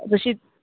जशी